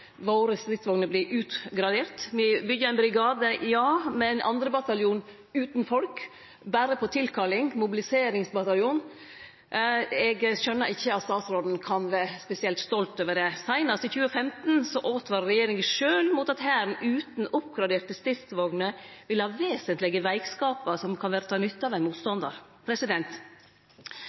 våre stridsvogner vert utgraderte. Me byggjer ein brigade, ja med ein 2. bataljon utan folk, berre på tilkalling – ein mobiliseringsbataljon. Eg skjønar ikkje at statsråden kan vere spesielt stolt over det. Seinast i 2015 åtvara regjeringa sjølv om at Hæren utan oppgraderte stridsvogner ville ha vesentlege veikskapar som kunne verte nytta av ein motstandar.